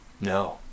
No